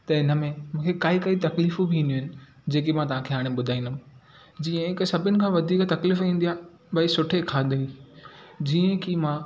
त हिनमें काई काई तकलीफ़ू बि ईंदियूं जेकी मां तव्हांखे हाणे ॿुधाईंदमि जीअं सभिनि खां वधीक तकलीफ़ ईंदी आहे भई सुठे खाधे जीअं की मां